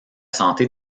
santé